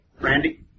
Randy